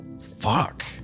Fuck